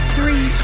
Three